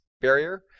barrier